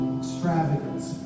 extravagance